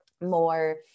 more